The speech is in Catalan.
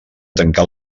tancar